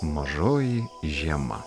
mažoji žiema